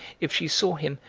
if she saw him,